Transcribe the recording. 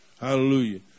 hallelujah